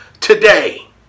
today